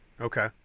Okay